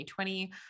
2020